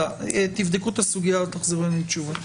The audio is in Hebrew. תבדקו את הסוגיה הזאת ותחזירו לנו תשובה.